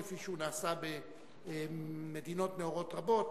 כפי שהוא נעשה במדינות נאורות רבות,